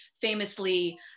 famously